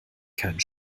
keinen